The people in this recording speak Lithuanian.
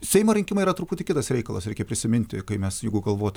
seimo rinkimai yra truputį kitas reikalas reikia prisiminti kai mes jeigu galvot